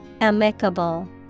Amicable